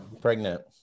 pregnant